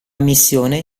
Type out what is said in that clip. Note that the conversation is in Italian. missione